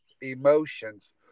emotions